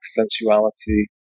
sensuality